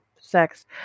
sex